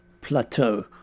Plateau